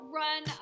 run